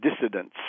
dissidents